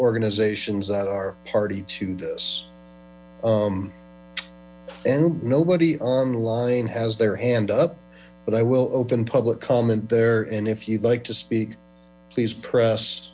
organizations that are party to this and nobody on line has their hand up but i will open public comment there and if you'd like to speak please press